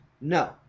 No